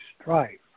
strife